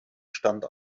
stand